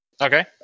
Okay